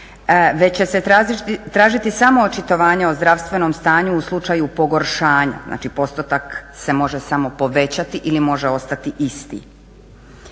već će se tražiti samo očitovanje o zdravstvenom stanju u slučaju pogoršanja. Znači postotak se može samo povećati ili može ostati isti.